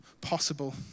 possible